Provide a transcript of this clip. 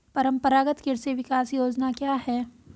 परंपरागत कृषि विकास योजना क्या है?